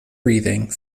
breathing